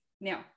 Now